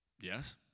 Yes